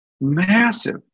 massive